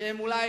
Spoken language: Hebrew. שאולי